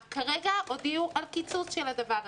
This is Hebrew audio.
כרגע, הודיעו על קיצוץ של הדבר הזה.